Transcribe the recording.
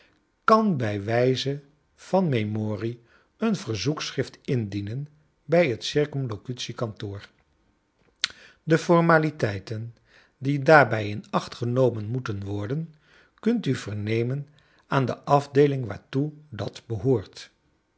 kan bij wijze van memorie een verzoekschrift indienen bij het c k de formaliteiten die daarbij in acht genomen moeten worden kunt u vernemen aan de afdeeling waartoe dat behoort